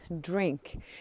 drink